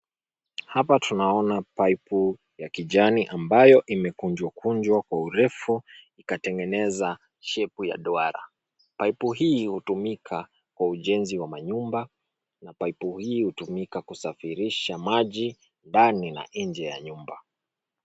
Hapa tunaona paipu ya kijani ambayo imekunjwakunjwa kwa urefu, ikatengeneza shepu ya duara. Paipu hii hutumika kwa ujenzi wa manyumba na paipu hii hutumika kusafirisha maji ndani na nje ya nyumba.